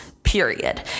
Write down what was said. period